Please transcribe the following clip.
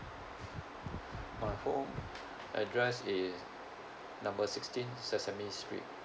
my home address is number sixteen sesame street